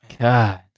god